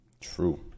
True